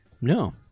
No